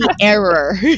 error